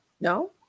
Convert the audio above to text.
No